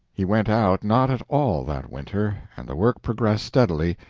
he went out not at all that winter, and the work progressed steadily,